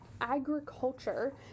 agriculture